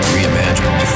reimagined